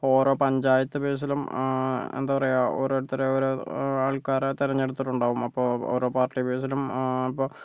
ഓരോ പഞ്ചായത്ത് ബേസിലും എന്താ പറയാ ഓരോരുത്തരെ ഓരോ ആൾക്കാരെ തെരഞ്ഞെടുത്തിട്ട് ഉണ്ടാകും അപ്പോൾ ഓരോ പാർട്ടി ബേസിലും ഇപ്പൊ